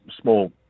small